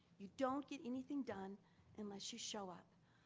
you don't get anything done unless you show up.